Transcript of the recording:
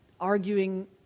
arguing